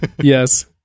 Yes